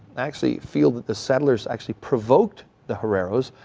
actually feel that the settlers actually provoked the herreros,